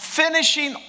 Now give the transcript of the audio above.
finishing